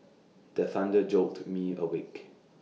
the thunder jolt me awake